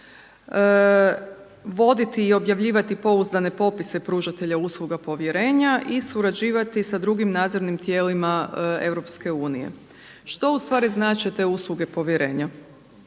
voditi i objavljivati pouzdane popise pružatelja usluga povjerenja i surađivati sa drugim nadzornim tijelima EU. Što u stvari znače te usluge povjerenja?